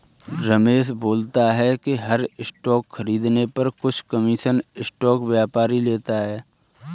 रमेश बोलता है कि हर स्टॉक खरीदने पर कुछ कमीशन स्टॉक व्यापारी लेता है